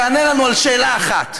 תענה לנו על שאלה אחת,